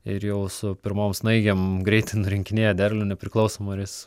ir jau su pirmom snaigėm greitai nurinkinėja derlių nepriklausomai ar jis